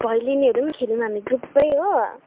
भैलेनीहरू पनि खेलौँ हामी ग्रुपै हो